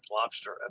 lobster